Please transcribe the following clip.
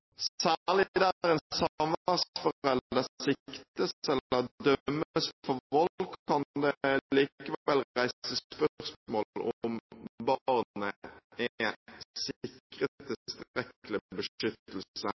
en samværsforelder siktes eller dømmes for vold, kan det likevel reises spørsmål om barnet er sikret tilstrekkelig beskyttelse